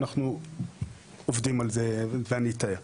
ואנחנו עובדים על זה ואני אתאר.